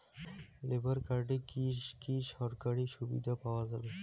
Labour কার্ডে কি কি সরকারি সুবিধা পাওয়া যাবে?